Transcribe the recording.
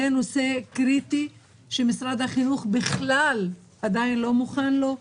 זה נושא קריטי שמשרד החינוך בכלל עדיין לא מוכן לו.